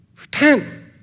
Repent